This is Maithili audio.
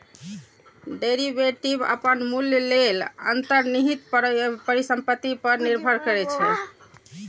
डेरिवेटिव अपन मूल्य लेल अंतर्निहित परिसंपत्ति पर निर्भर करै छै